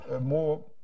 more